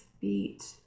feet